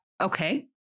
Okay